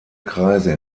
kreise